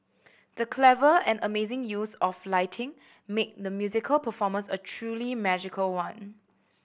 the clever and amazing use of lighting made the musical performance a truly magical one